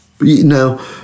Now